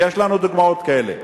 ויש לנו דוגמאות כאלה.